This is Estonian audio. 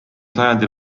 sajandi